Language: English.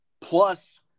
plus